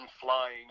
flying